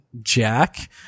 Jack